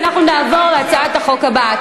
ואנחנו נעבור להצעת החוק הבאה.